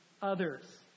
Others